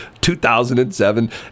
2007